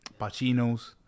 Pacinos